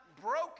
broken